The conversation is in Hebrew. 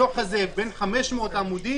הדוח הזה בן 500 עמודים,